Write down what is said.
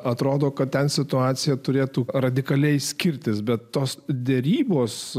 atrodo kad ten situacija turėtų radikaliai skirtis bet tos derybos